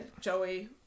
Joey